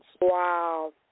Wow